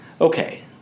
Okay